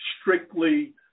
strictly